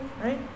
right